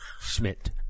Schmidt